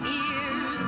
ears